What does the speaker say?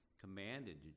commanded